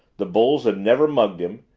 the bulls had never mugged him,